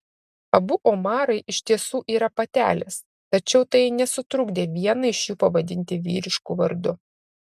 abu omarai iš tiesų yra patelės tačiau tai nesutrukdė vieną iš jų pavadinti vyrišku vardu